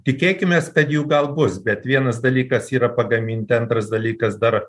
tikėkimės kad jų gal bus bet vienas dalykas yra pagaminti antras dalykas dar